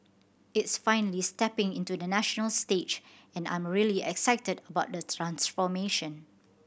it's finally stepping into the national stage and I'm really excited about the transformation